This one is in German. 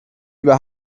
über